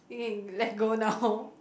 you can let go now